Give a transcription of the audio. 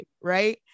Right